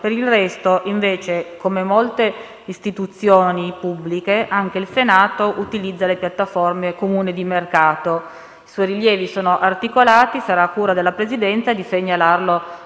Per il resto, invece, come molte istituzioni pubbliche, anche il Senato utilizza le piattaforme comuni di mercato. I suoi rilievi sono articolati. Sarà cura della Presidenza segnalarli